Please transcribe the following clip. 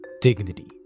dignity